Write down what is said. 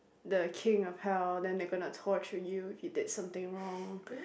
the king of hell then they gonna torture you if you did something wrong